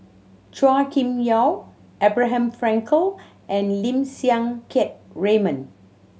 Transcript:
Chua Kim Yeow Abraham Frankel and Lim Siang Keat Raymond